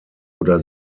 oder